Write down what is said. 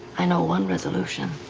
i know one resolution.